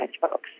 folks